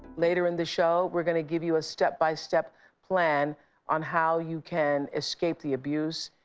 later in the show, we're gonna give you a step-by-step plan on how you can escape the abuse.